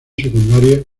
secundaria